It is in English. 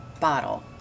bottle